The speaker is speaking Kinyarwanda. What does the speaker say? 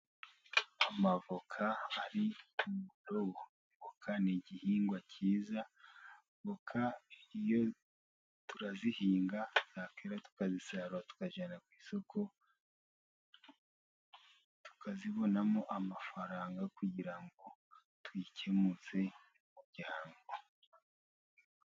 Avoka ziri mu ndobo, avoka ni igihingwa cyiza, avoka iyo tuzihinze, zakwera tukazisarura tukajyana ku isoko, tukazibonamo amafaranga kugira ngo twikenuze mu muryango.